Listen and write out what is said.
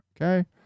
Okay